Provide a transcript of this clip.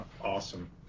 awesome